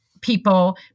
people